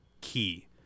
key